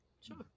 Sure